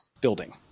building